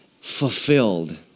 fulfilled